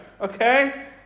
Okay